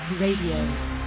Radio